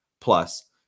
Plus